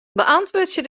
beäntwurdzje